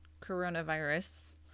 coronavirus